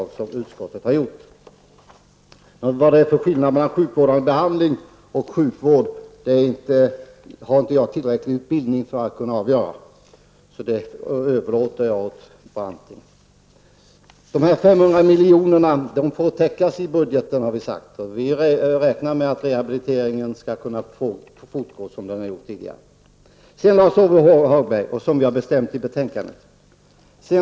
Jag har inte tillräcklig utbildning för att kunna avgöra vad det är för skillnad mellan sjukvårdande behandling och sjukvård. Det överlåter jag åt Charlotte Branting att göra. Vi har sagt att de 500 milj.kr. får täckas i budgeten. Vi räknar med att rehabiliteringen skall kunna fortgå som tidigare och som vi föreslår i betänkandet.